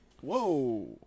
Whoa